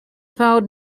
powered